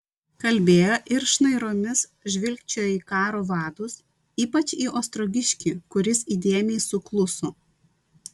kalbėjo ir šnairomis žvilgčiojo į karo vadus ypač į ostrogiškį kuris įdėmiai sukluso